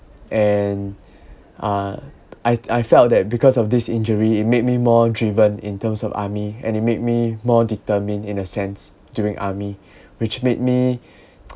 and uh I I felt that because of this injury it made me more driven in terms of army and it made me more determined in a sense during army which made me